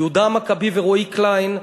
יהודה המכבי ורועי קליין,